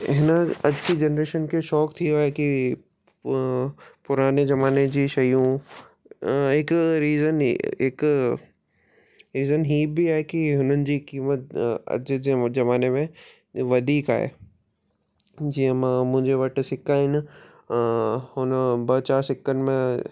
हिन अॼु की जनरेशन खे शौक़ु थी वियो आहे की पुराणे ज़माने जी शयूं हिकु रीजन हीउ हिकु रीजन हीउ बि आहे की हुननि जी क़ीमत अॼु जे ज़माने में वधीक आहे जीअं मां मुंहिंजे वटि सिका आहिनि हुन ॿ चार सिकनि में